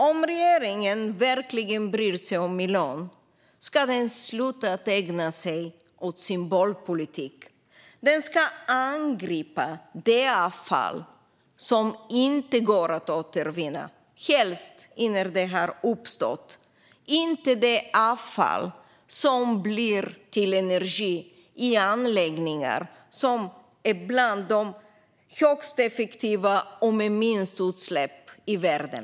Om regeringen verkligen bryr sig om miljön ska den sluta att ägna sig åt symbolpolitik. Den ska angripa det avfall som inte går att återvinna, helst innan det har uppstått. Den ska inte angripa det avfall som blir till energi i anläggningar som har högst energieffektivitet och minst utsläpp i världen.